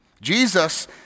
Jesus